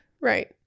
Right